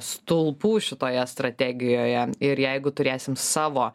stulpų šitoje strategijoje ir jeigu turėsim savo